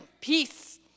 Peace